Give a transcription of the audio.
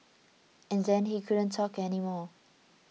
and then he couldn't talk anymore